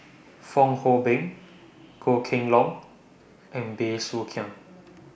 Fong Hoe Beng Goh Kheng Long and Bey Soo Khiang